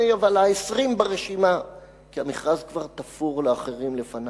אבל ה-20 ברשימה כי המכרז תפור לאחרים לפני.